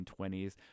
1920s